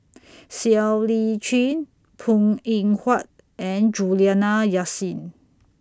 Siow Lee Chin Png Eng Huat and Juliana Yasin